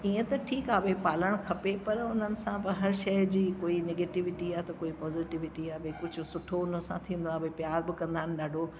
ईअं त ठीकु आहे भई पालण खपे पर हुननि सां हर शइ जी कोई नैगेटिविटी या त कोई पॉज़िटिविटी आहे भई कुझु सुठो हुन सां थींदो आहे भई प्यार बि कंदा आहिनि ॾाढो